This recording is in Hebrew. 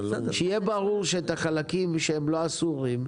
שיהיה ברור שאת החלקים שהם לא אסורים,